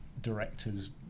directors